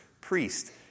priest